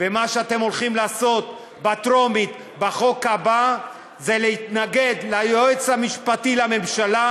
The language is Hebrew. ומה שאתם הולכים לעשות בטרומית בחוק הבא זה להתנגד ליועץ המשפטי לממשלה,